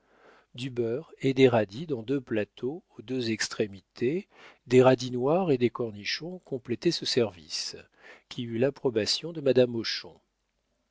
du beurre et des radis dans deux plateaux aux deux extrémités des radis noirs et des cornichons complétaient ce service qui eut l'approbation de madame